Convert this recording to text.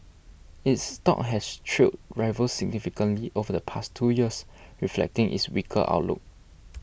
its stock has trailed rivals significantly over the past two years reflecting its weaker outlook